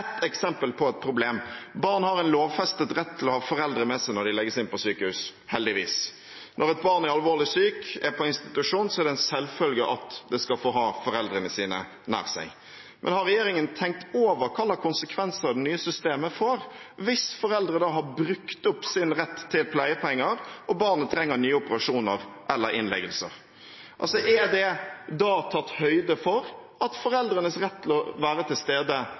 eksempel på et problem: Barn har en lovfestet rett til å ha foreldre med seg når de legges inn på sykehus – heldigvis. Når et barn er alvorlig sykt og er på institusjon, er det en selvfølge at det skal få ha foreldrene sine nær seg. Men har regjeringen tenkt over hva slags konsekvenser det nye systemet får hvis foreldre har brukt opp sin rett til pleiepenger, og barnet trenger nye operasjoner eller innleggelser? Er det da tatt høyde for at foreldrenes rett til å være til stede